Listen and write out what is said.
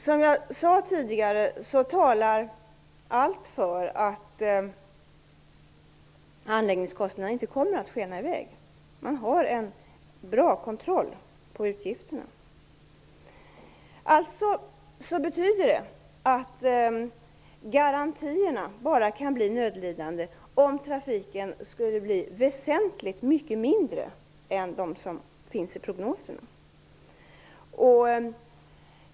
Som jag sade tidigare, talar allt för att anläggningskostnaderna inte kommer att skena i väg. Man har en bra kontroll på utgifterna. Det betyder att garantin bara kan bli nödlidande om trafiken skulle bli väsentligt mycket mindre än vad som anges i prognoserna.